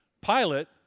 Pilate